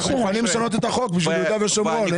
אנחנו מוכנים לשנות את החוק בשביל יהודה ושומרון.